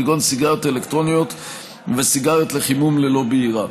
כגון סיגריות אלקטרוניות וסיגריות לחימום ללא בעירה.